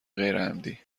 غیرعمدی